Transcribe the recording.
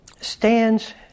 stands